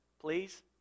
Please